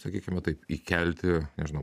sakykim va taip įkelti nežinau